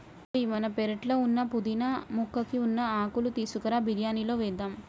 ఓయ్ మన పెరట్లో ఉన్న పుదీనా మొక్కకి ఉన్న ఆకులు తీసుకురా బిరియానిలో వేద్దాం